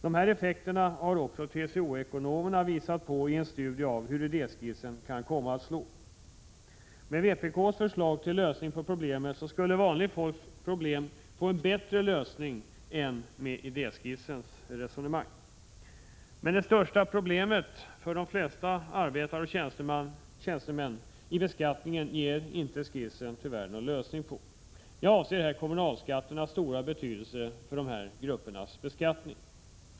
Dessa effekter har också TCO-ekonomerna visat på i en studie av hur förslagen i idéskissen kan komma att slå. Vpk:s förslag skulle innebära en bättre lösning på vanligt folks problem än det förslag som presenteras i idéskissen. Men det största problemet i beskattningen för de flesta arbetare och tjänstemän ger tyvärr inte skissen någon lösning på. Jag avser här kommunalskatternas stora betydelse för dessa gruppers beskattning.